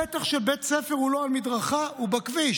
הפתח של בית הספר הוא לא על מדרכה, הוא בכביש.